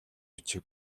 бичих